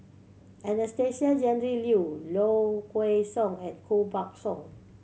Anastasia Tjendri Liew Low Kway Song and Koh Buck Song